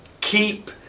Keep